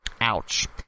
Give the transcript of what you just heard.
ouch